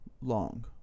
Long